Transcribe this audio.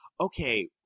Okay